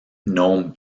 gnome